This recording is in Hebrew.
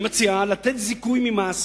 היא מציעה לתת זיכוי ממס